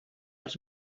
als